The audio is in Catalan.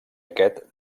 aquest